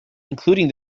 including